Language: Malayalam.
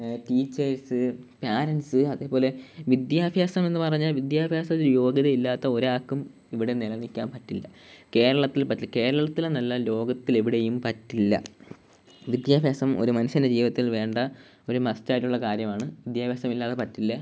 ടീച്ചേഴ്സ്സ് പാരൻറ്റ്സ് അതേപോലെ വിദ്യാഭ്യാസം എന്ന് പറഞ്ഞാൽ വിദ്യാഭ്യാസ യോഗ്യത ഇല്ലാത്ത ഒരാൾക്കും ഇവിടെ നിലനിൽക്കാൻ പറ്റില്ല കേരളത്തിൽ പറ്റില്ല കേരളത്തിലെന്നല്ല ലോകത്തിൽ എവിടെയും പറ്റില്ല വിദ്യാഭ്യാസം ഒരു മനുഷ്യൻ്റെ ജീവിതത്തിൽ വേണ്ട ഒരു മസ്റ്റ് ആയിട്ടുള്ള കാര്യമാണ് വിദ്യാഭ്യാസമില്ലാതെ പറ്റില്ല